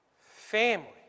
family